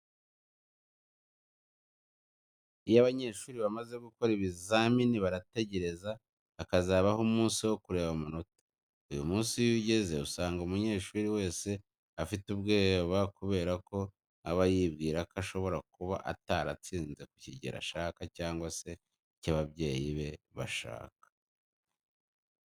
Iyo abanyeshuri bamaze gukora ibizamini barategereza hakazabho umunsi wo kureba amanota. Uyu munsi iyo ugeze usanga umunyeshuri wese afite ubwoba kubera ko aba yibwira ko ashobora kuba ataratsinze ku kigero ashaka cyangwa se icyo ababyeyi ye bashaka.